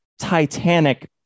Titanic